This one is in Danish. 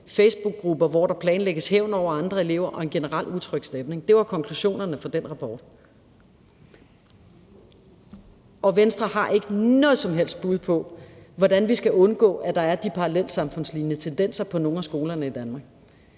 facebookgrupper, hvor der planlægges hævn over andre elever og en generel utryg stemning. Det var konklusionerne fra den rapport. Og Venstre har ikke noget som helst bud på, hvordan vi skal undgå, at der er de parallelsamfundslignende tendenser på nogle af skolerne i Danmark.